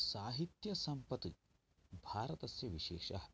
साहित्यसम्पत् भारतस्य विशेषः